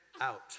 out